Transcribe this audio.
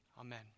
Amen